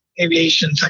aviation